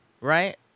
Right